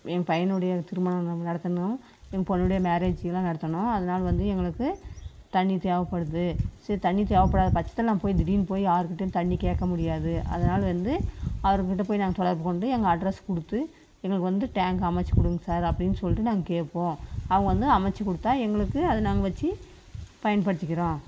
எங்கள் பையனுடைய திருமணம் நடத்தணும் எங்கள் பொண்ணுடைய மேரேஜ்ஜிலெல்லாம் நடத்தணும் அதனால் வந்து எங்களுக்கு தண்ணீர் தேவைப்படுது சரி தண்ணி தேவைப்படாத பட்சத்தில் நம் போய் திடீரெனு போய் யார்க் கிட்டேயும் தண்ணி கேட்க முடியாது அதனால் வந்து அவர்க் கிட்டே போய் நாங்கள் தொடர்பு கொண்டு எங்கள் அட்ரெஸ் கொடுத்து எங்களுக்கு வந்து டேங்க் அமைச்சி கொடுங்க சார் அப்படின்னு சொல்லிட்டு நாங்கள் கேட்போம் அவங்க வந்து அமைச்சி கொடுத்தா எங்களுக்கு அதை நாங்கள் வச்சு பயன்படுத்திக்கிறோம்